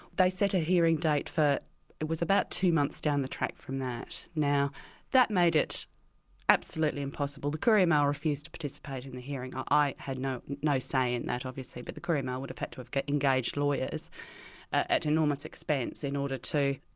they set a hearing date for it was about two months down the track from that. now that made it absolutely impossible. the courier-mail refused to participate in the hearing um i had no no say in that, obviously, but the courier-mail would have had to have engage lawyers at enormous expense in order to